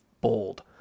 bold